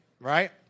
Right